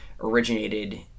originated